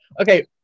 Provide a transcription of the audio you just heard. okay